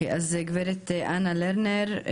אז גב' אנה לרנר,